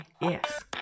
yes